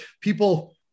people